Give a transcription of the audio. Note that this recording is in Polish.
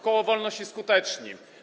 Koło Wolność i Skuteczni.